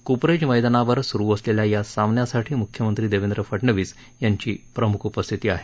Cooperage मैदानावर स्रु असलेल्या या सामन्यासाठी मुख्यमंत्री देवेंद्र फडनवीस यांची प्रमुख उपस्थिती आहे